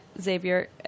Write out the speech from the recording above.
Xavier